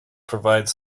provides